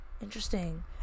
interesting